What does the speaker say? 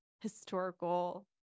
historical